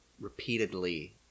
repeatedly